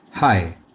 Hi